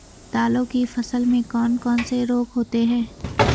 दालों की फसल में कौन कौन से रोग होते हैं?